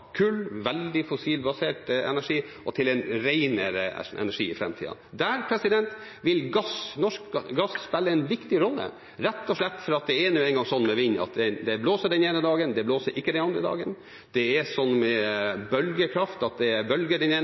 kull – veldig fossilbasert energi – til en renere energi i framtida. Der vil norsk gass spille en viktig rolle, rett og slett fordi det nå en gang er sånn med vind at det blåser den ene dagen – det blåser ikke den andre dagen. Det er som med bølgekraft at det er bølger den